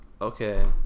okay